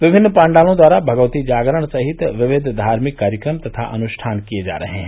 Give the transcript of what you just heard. विभिन्न पाण्डालों द्वारा भगवती जागरण सहित विकिय धार्मिक कार्यक्रम तथा अनुष्ठान किए जा रहे हैं